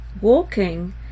walking